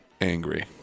angry